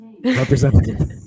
Representative